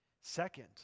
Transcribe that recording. Second